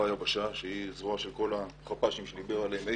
היבשה שהיא הזרוע של כל החפ"שים שדיבר עליהם איתן.